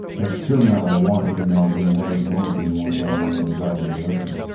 that's certainly not what i want even though when you have those moments where you want to run away and drive into the ocean